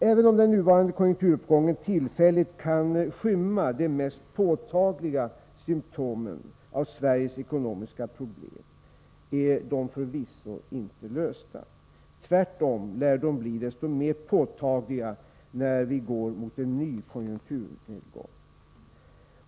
Även om den nuvarande konjunkturuppgången tillfälligt kan skymma de mest påtagliga symtomen när det gäller Sveriges ekonomiska problem, är dessa problem förvisso inte lösta. Tvärtom lär de bli desto mer påtagliga när vi går mot en ny konjunkturnedgång.